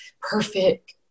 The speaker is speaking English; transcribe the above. perfect